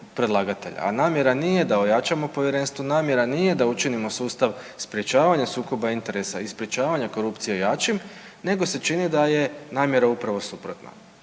A namjera nije da ojačamo povjerenstvo, namjera nije da učinimo sustav sprječavanja sukoba interesa i sprječavanja korupcije jačim nego se čini da je namjera upravo suprotna.